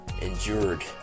endured